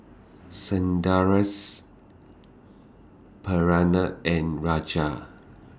Sundaresh Pranav and Raja